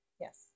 Yes